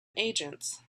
agents